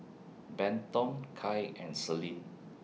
Benton Kai and Selene